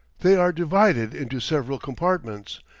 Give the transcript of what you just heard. they are divided into several compartments,